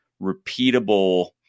repeatable